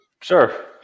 Sure